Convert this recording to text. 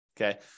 okay